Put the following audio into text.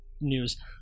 news